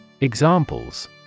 Examples